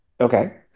Okay